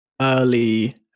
early